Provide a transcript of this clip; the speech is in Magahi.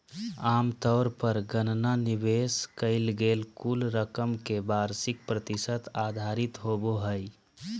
आमतौर पर गणना निवेश कइल गेल कुल रकम के वार्षिक प्रतिशत आधारित होबो हइ